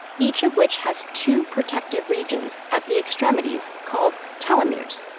each of which has two protective regions at the extremities called telomeres.